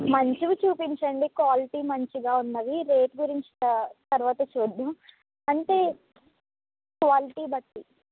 మంచివి చూపించండి క్వాలిటీ మంచిగా ఉన్నవి రేట్ గురించి త తర్వాత చూద్దాం అంటే క్వాలిటీ బట్టి